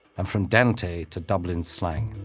and from dante to dublin slang.